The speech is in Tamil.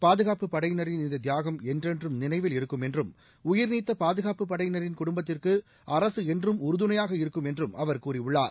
பாதுகாப்புப் படையினாின் இந்த தியாகம் என்றென்றும் நினைவில் இருக்கும் என்றும் உயிர்நீத்த பாதுகாப்புப் படையினரின் குடும்பத்திற்கு அரசு என்றும் உறுதுணையாக இருக்கும் என்றும் அவர் கூறியுள்ளார்